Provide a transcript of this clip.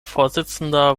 vorsitzender